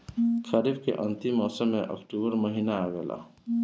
खरीफ़ के अंतिम मौसम में अक्टूबर महीना आवेला?